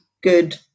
good